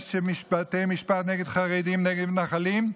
יש בתי משפט נגד חרדים ונגד מתנחלים,